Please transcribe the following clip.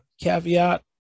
caveat